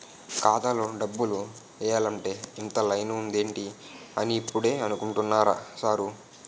ఖాతాలో డబ్బులు ఎయ్యాలంటే ఇంత లైను ఉందేటి అని ఇప్పుడే అనుకుంటున్నా సారు